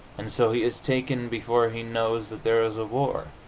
and so he is taken before he knows that there is a war.